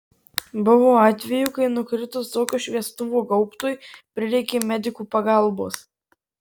buvo atvejų kai nukritus tokio šviestuvo gaubtui prireikė medikų pagalbos